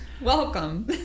Welcome